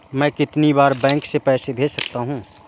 मैं कितनी बार बैंक से पैसे भेज सकता हूँ?